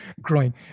growing